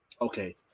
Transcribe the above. okay